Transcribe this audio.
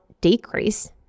decrease